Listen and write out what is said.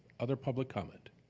other public comment.